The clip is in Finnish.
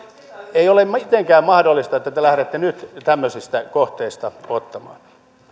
ei ole mitenkään mahdollista että te te lähdette nyt tämmöisistä kohteista ottamaan